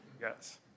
Yes